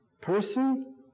person